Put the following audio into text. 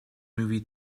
movie